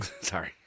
Sorry